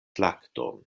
lakton